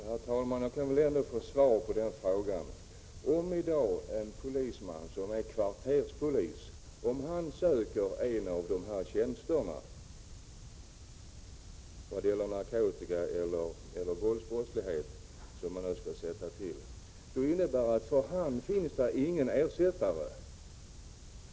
Herr talman! Jag kan väl ändå få svar på den fråga jag ställde. Om en polisman, som i dag är kvarterspolis, söker en av de tjänster för bekämpning av narkotikaeller våldsbrottslighet som nu skall sättas till, innebär det att han inte får någon ersättare.